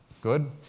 good.